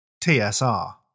TSR